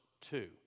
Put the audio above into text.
two